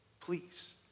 Please